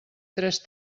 tres